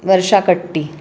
वर्षा कट्टी